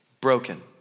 broken